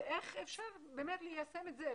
ואיך אפשר באמת ליישם את זה?